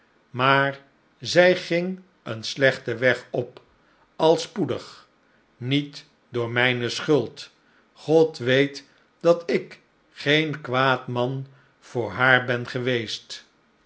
maar zij ging een slechten weg op al spoedig niet door mijne schuld god weet dat ik geen kwaad man voor haar ben geweest